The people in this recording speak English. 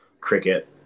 cricket